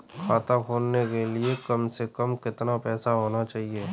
खाता खोलने के लिए कम से कम कितना पैसा होना चाहिए?